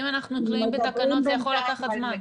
אם אנחנו תלויים בתקנות, זה יכול לקחת זמן.